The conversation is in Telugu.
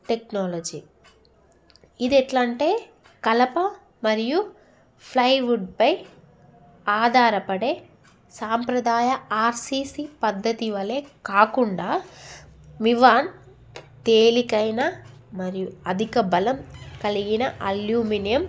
టెక్నాలజీ ఇది ఎలా అంటే కలప మరియు ఫ్లై వుడ్ పై ఆధారపడే సాంప్రదాయ ఆర్సిసి పద్ధతి వలె కాకుండా మివాన్ తేలికైన మరియు అధిక బలం కలిగిన అల్యూమినియం